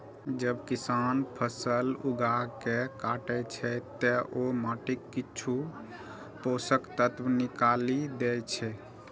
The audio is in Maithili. जब किसान फसल उगाके काटै छै, ते ओ माटिक किछु पोषक तत्व निकालि दै छै